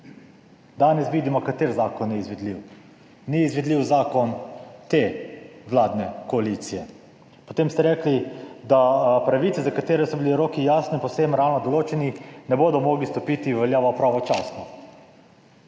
Danes vidimo, kateri zakon je izvedljiv. Ni izvedljiv zakon te vladne koalicije. Potem ste rekli, da pravice za katere so bili roki jasno in povsem realno določeni, ne bodo mogli stopiti v veljavo pravočasno.